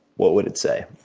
what would it say?